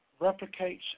replicates